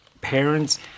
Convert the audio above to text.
parents